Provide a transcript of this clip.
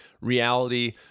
reality